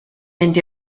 mynd